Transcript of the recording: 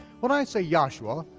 when i say yahshua,